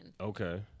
Okay